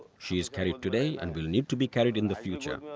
she is carried today and will need to be carried in the future,